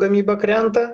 gamyba krenta